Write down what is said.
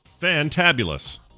Fantabulous